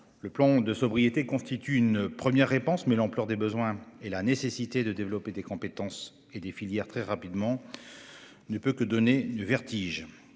Le plan de sobriété constitue une première réponse, mais l'ampleur des besoins et la nécessité de développer des compétences et des filières très rapidement ne peuvent que nous donner le vertige.